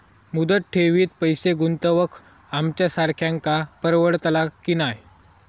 मुदत ठेवीत पैसे गुंतवक आमच्यासारख्यांका परवडतला की नाय?